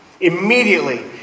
Immediately